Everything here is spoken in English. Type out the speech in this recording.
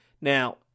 Now